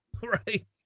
right